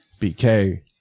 bk